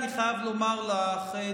אני חייב לומר לך,